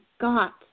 got